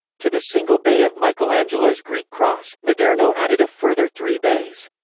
to the single bay of michelangelo's greek cross, maderno added a further three bays.